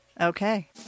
Okay